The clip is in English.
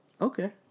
Okay